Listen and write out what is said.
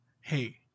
Hey